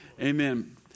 Amen